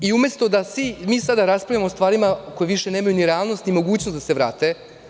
Mi sada raspravljamo o stvarima koje više nemaju ni realnost ni mogućnost da se vrate.